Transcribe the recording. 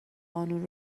قانون